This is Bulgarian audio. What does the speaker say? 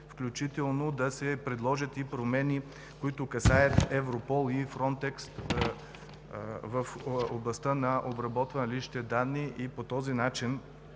включително да се предложат и промени, които касаят Европол и Фронтекс в областта на обработване на личните данни и по този начин